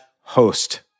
host